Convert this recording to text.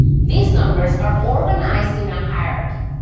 these numbers are organized in a hierarchy.